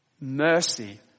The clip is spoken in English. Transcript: Mercy